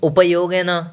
उपयोगेन